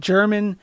German